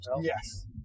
Yes